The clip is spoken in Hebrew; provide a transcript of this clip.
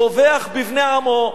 טובח בבני עמו,